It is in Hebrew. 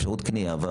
אפשרויות הקנייה.